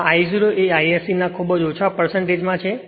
પરંતુ આ I0 એ Isc ના ખૂબ જ ઓછા માં છે